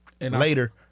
later